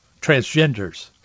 transgenders